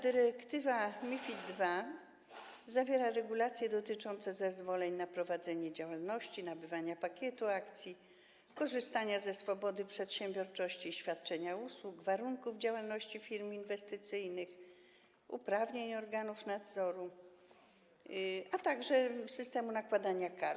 Dyrektywa MiFID II zawiera regulacje dotyczące zezwoleń na prowadzenie działalności, nabywania pakietu akcji, korzystania ze swobody przedsiębiorczości i świadczenia usług, warunków działalności firm inwestycyjnych, uprawnień organów nadzoru, a także systemu nakładania kar.